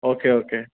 okay okay